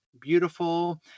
beautiful